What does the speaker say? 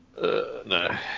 No